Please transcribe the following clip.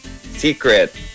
Secret